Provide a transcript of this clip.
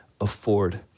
afford